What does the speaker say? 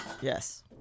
Yes